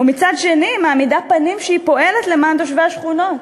ומצד שני מעמידה פנים שהיא פועלת למען תושבי השכונות,